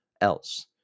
else